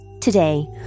Today